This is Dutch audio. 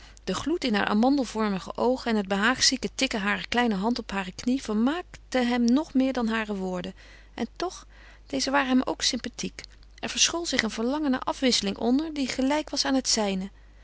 de gloed in haar amandelvormige oogen en het behaagzieke tikken harer kleine hand op hare knie vermaakten hem nog meer dan haar woorden en toch deze waren hem ook sympathiek er verschool zich een verlangen naar afwisseling onder dat gelijk was aan het zijne